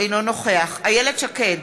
אינו נוכח איילת שקד,